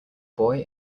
boy